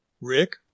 Rick